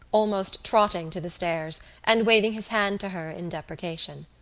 almost trotting to the stairs and waving his hand to her in deprecation.